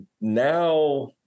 Now